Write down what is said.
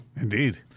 Indeed